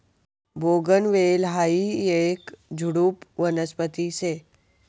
बोगनवेल हायी येक झुडुप वनस्पती शे